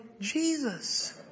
Jesus